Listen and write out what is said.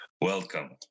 Welcome